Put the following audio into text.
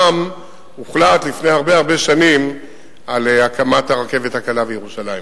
הוחלט לפני הרבה הרבה שנים על הקמת הרכבת הקלה בירושלים.